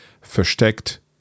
versteckt